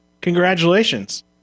congratulations